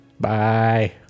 Bye